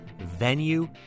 venue